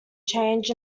change